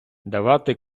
давати